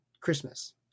Christmas